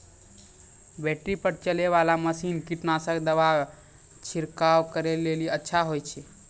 Battery पर चलै वाला मसीन कीटनासक दवा छिड़काव करै लेली अच्छा होय छै?